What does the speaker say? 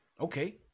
okay